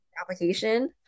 application